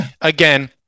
again